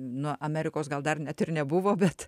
nu amerikos gal dar net ir nebuvo bet